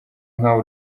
nk’aho